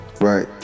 Right